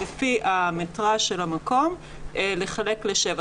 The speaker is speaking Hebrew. לפי המטראז' של המקום ולחלק לשבע.